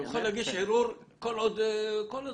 הוא יכול להגיש ערעור כל הזמן.